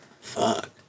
Fuck